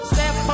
Step